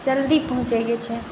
जल्दी पहुँचैके छै